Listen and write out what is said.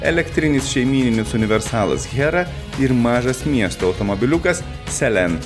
elektrinis šeimyninis universalas hera ir mažas miesto automobiliukas selen